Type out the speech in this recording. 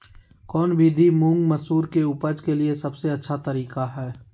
कौन विधि मुंग, मसूर के उपज के लिए सबसे अच्छा तरीका है?